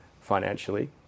financially